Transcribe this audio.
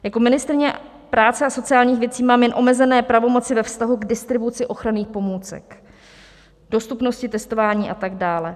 Jako ministryně práce a sociálních věcí mám jen omezené pravomoci ve vztahu k distribuci ochranných pomůcek, dostupnosti testování a tak dále.